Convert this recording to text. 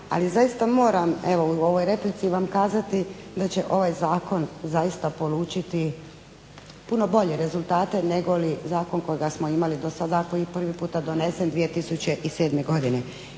ali zaista moram u ovoj replici kazati da će ovaj Zakon zaista polučiti puno bolje rezultate nego zakon koji smo imali do sada koji je prvi puta donesen 2007. godine.